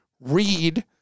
read